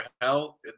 hell